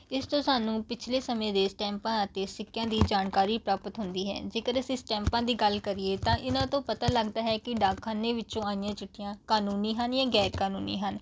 ਇਸ ਤੋਂ ਸਾਨੂੰ ਪਿਛਲੇ ਸਮੇਂ ਦੇ ਸਟੈਂਪਾਂ ਅਤੇ ਸਿੱਕਿਆਂ ਦੀ ਜਾਣਕਾਰੀ ਪ੍ਰਾਪਤ ਹੁੰਦੀ ਹੈ ਜੇਕਰ ਅਸੀਂ ਸਟੈਂਪਾਂ ਦੀ ਗੱਲ ਕਰੀਏ ਤਾਂ ਇਹਨਾਂ ਤੋਂ ਪਤਾ ਲੱਗਦਾ ਹੈ ਕਿ ਡਾਕਖਾਨੇ ਵਿੱਚੋਂ ਆਈਆਂ ਚਿੱਠੀਆਂ ਕਾਨੂੰਨੀ ਹਨ ਜਾਂ ਗੈਰ ਕਾਨੂੰਨੀ ਹਨ